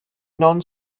non